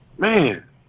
Man